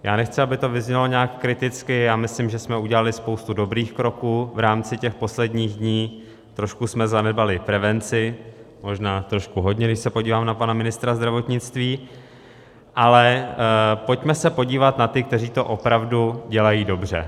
Já nechci, aby to vyznělo nějak kriticky, já myslím, že jsme udělali spoustu dobrých kroků v rámci těch posledních dnů, trošku jsme zanedbali prevenci, možná trošku hodně, když se podívám na pana ministra zdravotnictví, ale pojďme se podívat na ty, kteří to opravdu dělají dobře.